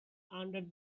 under